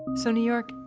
so new york,